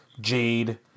jade